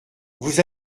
vous